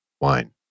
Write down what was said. wine